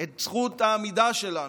את זכות העמידה שלנו,